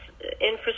infrastructure